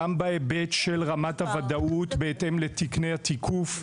וגם בהיבט של רמת הוודאות בהתאם לתקני התיקוף,